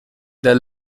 del